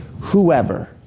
whoever